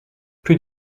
plus